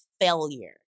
failure